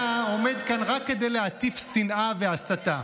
אתה עומד כאן רק כדי להטיף שנאה והסתה.